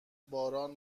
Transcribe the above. باران